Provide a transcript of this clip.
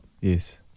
Yes